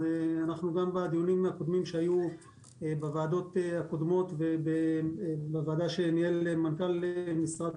אז בדיונים הקודמים שהיו בוועדות הקודמות ובוועדה שניהל מנכ"ל משרד